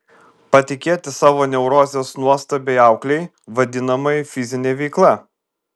patikėti savo neurozes nuostabiai auklei vadinamai fizine veikla